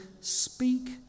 speak